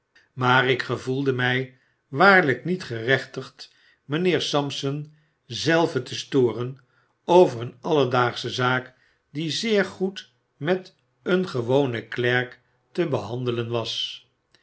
maar ik gevoelde mij waarlyk niet gerechtigd mtjnheer sampson zelven te storen over een alledaagsche zaak die zeer goed met een gewonen klerk te behandelen was